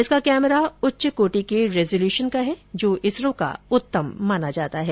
इसका कैमरा उच्च कोटि के रैजोल्यूशन का है जो इसरो का उत्तम माना जाता है